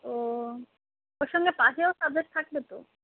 ও ওর সঙ্গে পাসেও সাবজেক্ট থাকবে তো